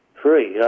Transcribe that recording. free